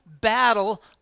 battle